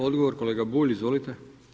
Odgovor kolega Bulj, izvolite.